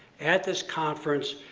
at this conference,